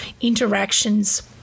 interactions